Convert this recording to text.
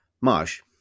Marsh